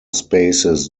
spaces